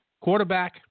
quarterback